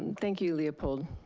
thank you leopold,